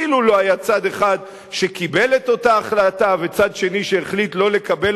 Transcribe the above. כאילו לא היה צד אחד שקיבל את אותה החלטה וצד שני שהחליט שלא לקבל